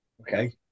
Okay